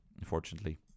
unfortunately